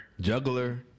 Juggler